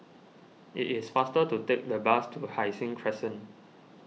it is faster to take the bus to Hai Sing Crescent